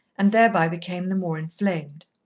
and thereby became the more inflamed.